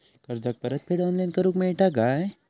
कर्जाची परत फेड ऑनलाइन करूक मेलता काय?